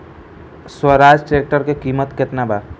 Swaraj tractor के किमत का बा?